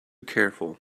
careful